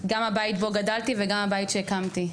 גם הבית בו גדלתי וגם הבית שהקמתי.